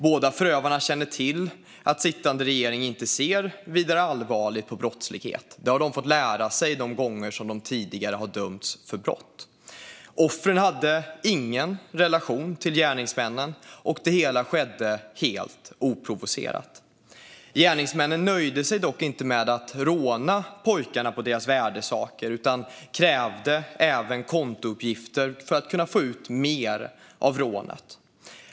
Båda förövarna känner till att sittande regering inte ser vidare allvarligt på brottslighet - det har de fått lära sig de gånger de tidigare har dömts för brott. Offren hade ingen tidigare relation till gärningsmännen, och det hela skedde helt oprovocerat. Gärningsmännen nöjde sig dock inte med att råna pojkarna på deras värdesaker utan krävde även kontouppgifter för att kunna få ut mer av rånet.